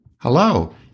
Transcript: Hello